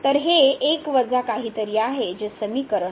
तर हे 1 वजा काहीतरी आहे जे समिकरण